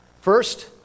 First